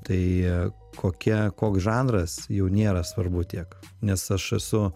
tai kokia koks žanras jau nėra svarbu tiek nes aš esu